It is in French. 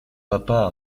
papa